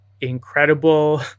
incredible